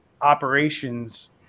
operations